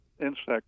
insect